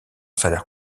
salaire